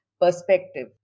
perspective